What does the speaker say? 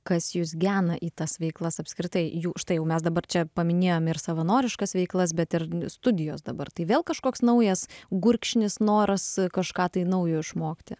kas jus gena į tas veiklas apskritai jų štai jau mes dabar čia paminėjome ir savanoriškas veiklas bet ir studijos dabar tai vėl kažkoks naujas gurkšnis noras kažką tai naujo išmokti